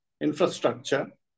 infrastructure